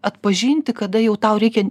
atpažinti kada jau tau reikia